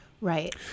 Right